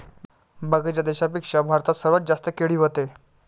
बाकीच्या देशाइंपेक्षा भारतात सर्वात जास्त केळी व्हते